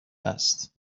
است